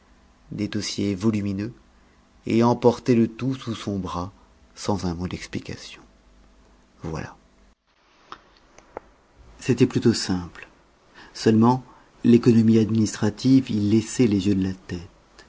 des dossiers volumineux et emportait le tout sous son bras sans un mot d'explication voilà c'était plutôt simple seulement l'économie administrative y laissait les yeux de la tête